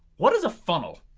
what is a funnel?